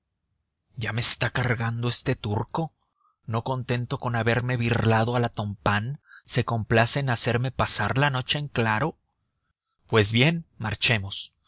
ya me está cargando este turco no contento con haberme birlado a la tompain se complace en hacerme pasar la noche en claro pues bien marchemos